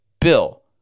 Bill